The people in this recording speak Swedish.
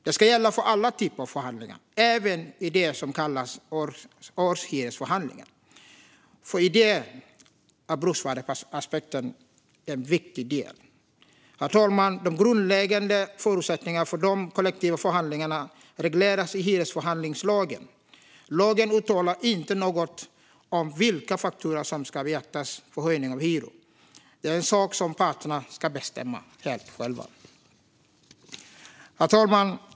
Det ska gälla för alla typer av förhandlingar - även i det som kallas årshyresförhandling, för i det är bruksvärdesaspekten en viktig del. De grundläggande förutsättningarna för de kollektiva förhandlingarna regleras i hyresförhandlingslagen. Lagen uttalar inte något om vilka faktorer som ska beaktas för höjning av hyror. Det är en sak som parterna ska bestämma helt själva. Herr talman!